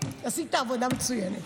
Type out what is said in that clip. עשית עבודה מצוינת.